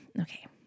Okay